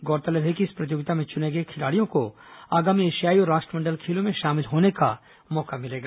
गौरतलब है कि इस प्रतियोगिता में चुने गए खिलाड़ियों को आगामी एशियाई और राष्ट्रमंडल खेलों में शामिल होने का मौका मिलेगा